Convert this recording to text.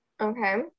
Okay